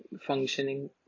functioning